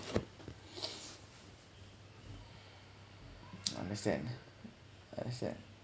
understand understand